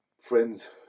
Friends